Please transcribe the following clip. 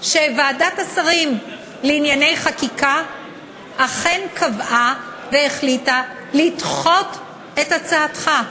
שוועדת השרים לענייני חקיקה אכן קבעה והחליטה לדחות את הצעתך.